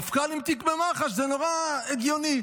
מפכ"ל עם תיק במח"ש זה נורא הגיוני,